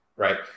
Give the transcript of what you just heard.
Right